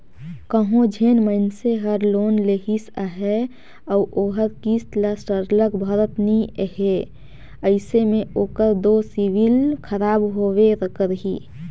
कहों जेन मइनसे हर लोन लेहिस अहे अउ ओहर किस्त ल सरलग भरत नी हे अइसे में ओकर दो सिविल खराब होबे करही